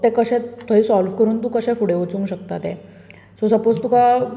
तें कशें थंय साॅल्व करून तूं कशें फुडे वचूंक शकता तें सो सपाॅज तुका